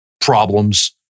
problems